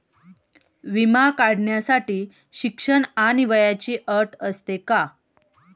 विमा काढण्यासाठी शिक्षण आणि वयाची अट असते का?